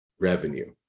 revenue